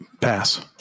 Pass